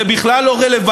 אבל זה בכלל לא רלוונטי,